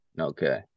Okay